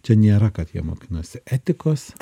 čia nėra kad jie mokinasi etikos